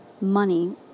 money